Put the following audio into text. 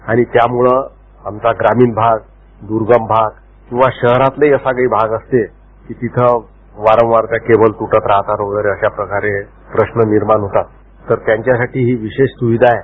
आणि त्यामुळे आमचा ग्रामीण भाग दूर्गम भाग किंवा शहरातलाही असा काही भाग असतोकी तिथं वारंवार त्या केबल तुटत राहतात व प्रश्न निर्माण होतात तर त्यांच्यासाठी हिविशेष सुविधा आहे